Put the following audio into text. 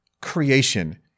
creation